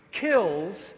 kills